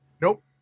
Nope